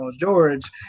George